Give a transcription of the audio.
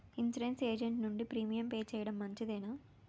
Insurance agent నుండి premium pay చేయడం మంచిదేనా?